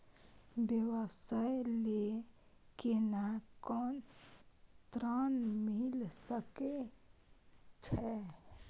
व्यवसाय ले केना कोन ऋन मिल सके छै?